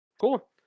Cool